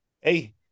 Hey